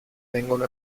vengono